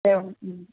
एवम्